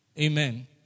Amen